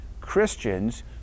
Christians